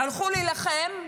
הלכו להילחם,